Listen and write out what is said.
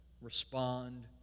Respond